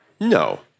No